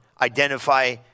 identify